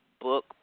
book